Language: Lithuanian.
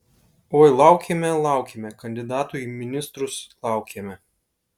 oi laukėme laukėme kandidatų į ministrus laukėme